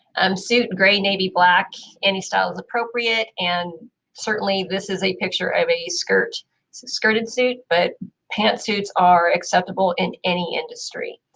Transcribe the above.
um suit gray, navy black any style is appropriate, and certainly this is a picture of a skirt. it's a skirted suit, but pant suits are acceptable in any industry.